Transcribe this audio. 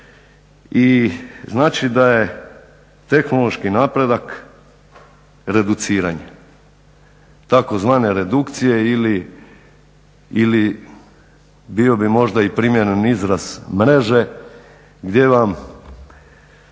Znači da je tehnološki napredak reduciranje, tzv. redukcije ili bio bi možda i primjeren izraz mreže gdje vam